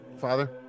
Father